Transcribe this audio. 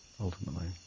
ultimately